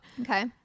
okay